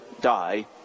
die